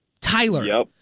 Tyler